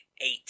eight